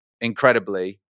incredibly